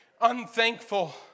unthankful